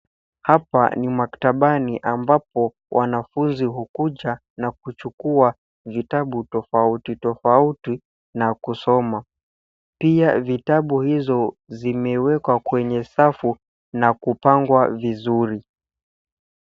Hapa ni maktabani ambapo wanafunzi hukuja na kuchukua vitabu tofauti tofauti na kusoma. Pia vitabu hizo zimewekwa kwenye safu na kupangwa vizuri.